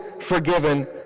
forgiven